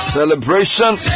Celebration